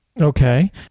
okay